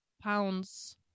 Pounds